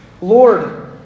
Lord